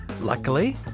Luckily